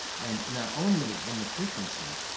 and not only in the frequency,